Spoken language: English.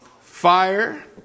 fire